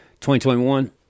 2021